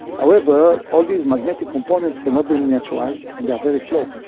however, all these magnetic components cannot be miniaturised and they are very slow.